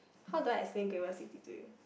how do I explain Great-World-City to you